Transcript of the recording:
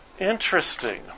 Interesting